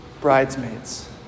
bridesmaids